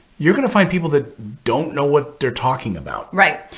you're going to find people that don't know what they're talking about. right.